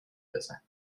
بزن